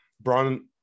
Braun